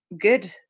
good